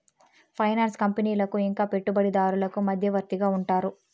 finance కంపెనీలకు ఇంకా పెట్టుబడిదారులకు మధ్యవర్తిగా ఉంటారు